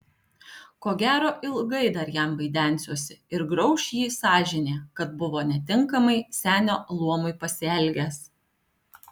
ko gero ilgai dar jam vaidensiuosi ir grauš jį sąžinė kad buvo netinkamai senio luomui pasielgęs